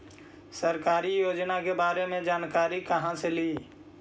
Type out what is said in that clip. सरकारी योजना के बारे मे जानकारी कहा से ली?